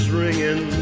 ringing